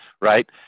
Right